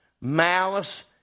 malice